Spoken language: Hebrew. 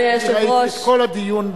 אני ראיתי את כל הדיון.